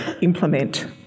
implement